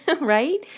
right